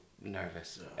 nervous